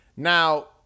Now